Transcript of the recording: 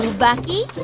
bucky.